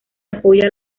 apoya